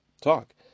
talk